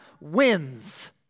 wins